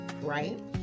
right